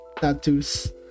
tattoos